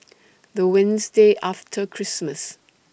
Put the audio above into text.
The Wednesday after Christmas